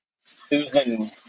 Susan